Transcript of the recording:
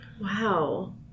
Wow